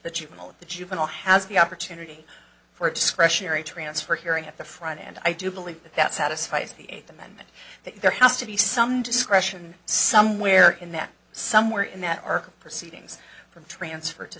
of the juvenile has the opportunity for a discretionary transfer hearing at the front and i do believe that that satisfies the eight them that there has to be some discretion somewhere in that somewhere in that arc proceedings from transfer to